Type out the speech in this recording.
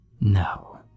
No